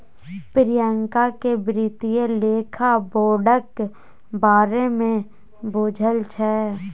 प्रियंका केँ बित्तीय लेखा बोर्डक बारे मे बुझल छै